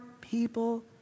people